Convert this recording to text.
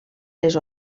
les